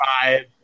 five